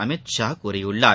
அமித்ஷா கூறியுள்ளார்